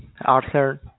Arthur